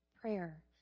prayer